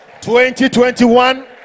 2021